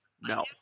No